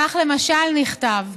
כך, למשל, נכתב: